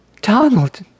Donald